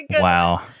Wow